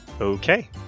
Okay